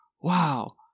wow